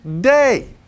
day